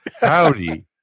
Howdy